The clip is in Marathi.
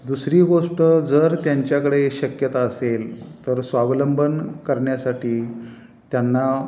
दुसरी गोष्ट जर त्यांच्याकडे शक्यता असेल तर स्वालंबन करणयासाठी त्यांना